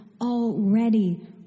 already